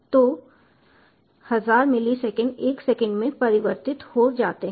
तो 1000 millisecond 1 second में परिवर्तित हो जाते हैं